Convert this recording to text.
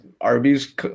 Arby's